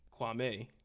Kwame